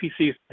PC